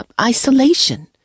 isolation